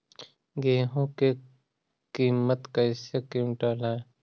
गेहू के किमत कैसे क्विंटल है?